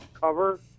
cover